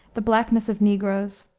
the blackness of negroes,